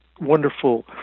wonderful